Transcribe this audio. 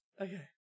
Okay